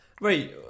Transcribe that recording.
Right